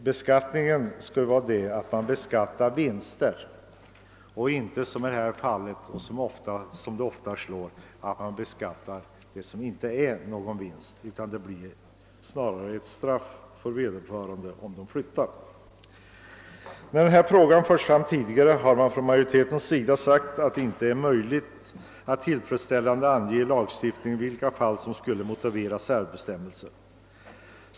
Man skall beskatta vinster, inte något som snarare blir en bestraffning vid en flyttning till annan ort. När denna fråga har diskuterats tidigare har utskottets majoritet framhållit att det inte är möjligt att ange i lagen vilka fall som motiverar särbestämmelser.